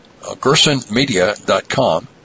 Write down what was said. GersonMedia.com